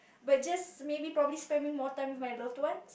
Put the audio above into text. but just maybe probably spending more time with my loved ones